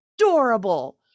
adorable